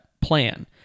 plan